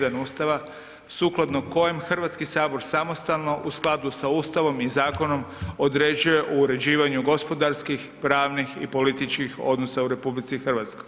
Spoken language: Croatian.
1. Ustava sukladno kojem Hrvatski sabor samostalno u skladu sa Ustavom i zakonom određuje u uređivanju gospodarskim, pravnih i političkih odnosa u RH.